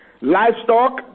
Livestock